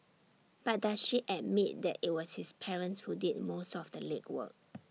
but does she admit that IT was his parents who did most of the legwork